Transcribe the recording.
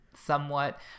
somewhat